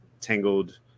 tangled